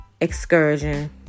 excursion